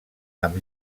amb